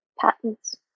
patents